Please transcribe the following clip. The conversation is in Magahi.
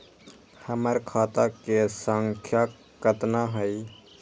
हमर खाता के सांख्या कतना हई?